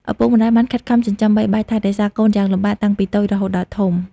ឪពុកម្តាយបានខិតខំចិញ្ចឹមបីបាច់ថែរក្សាកូនយ៉ាងលំបាក តាំងពីតូចរហូតដល់ធំ។